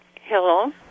Hello